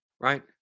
Right